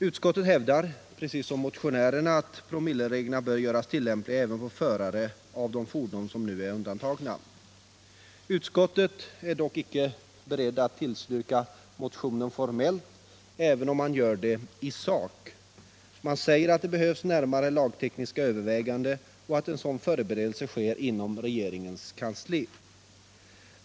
Utskottet hävdar, precis som vi motionärer, att promillereglerna bör göras tillämpliga även på förare av de fordon som nu är undantagna. Utskottet är dock icke berett att tillstyrka motionen formellt, även om man gör det i sak. Man säger att det behövs närmare lagtekniska överväganden och att en sådan förberedelse sker inom regeringens kansli.